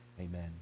Amen